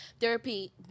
therapy